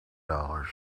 dollars